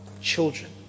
children